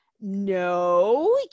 No